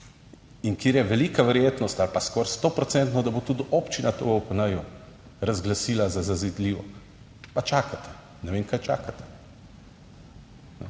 in kjer je velika verjetnost ali pa skoraj sto procentno, da bo tudi občina to v OPN razglasila za zazidljivo pa čakate. Ne vem, kaj čakate?